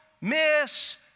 miss